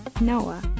Noah